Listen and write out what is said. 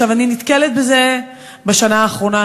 אני נתקלת בזה בשנה האחרונה,